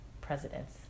presidents